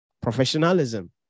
professionalism